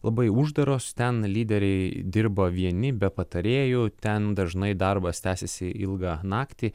labai uždaros ten lyderiai dirba vieni be patarėjų ten dažnai darbas tęsiasi ilgą naktį